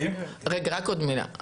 רגע, רק עוד מילה.